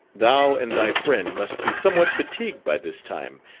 thou and thy friend must be somewhat fatigued by this time,